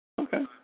Okay